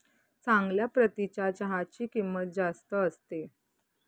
चांगल्या प्रतीच्या चहाची किंमत जास्त असते